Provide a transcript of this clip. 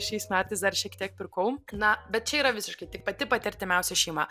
šiais metais dar šiek tiek pirkau na bet čia yra visiškai tik pati pati artimiausia šeima